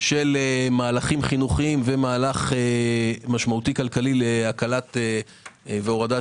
מהלכים חינוכיים ומהלך משמעותי כלכלי להקלת והורדת